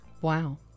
Wow